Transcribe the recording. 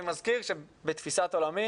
אני מזכיר שבתפיסת עולמי